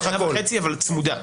8.5% אבל צמודה.